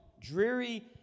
dreary